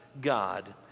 God